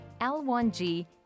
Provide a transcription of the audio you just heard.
l1g